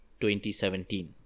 2017